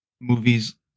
movies